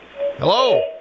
Hello